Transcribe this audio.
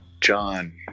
john